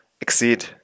exceed